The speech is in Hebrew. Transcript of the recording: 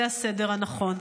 זה הסדר הנכון.